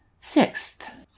Sixth